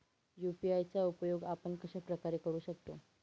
UPI चा उपयोग आपण कशाप्रकारे करु शकतो?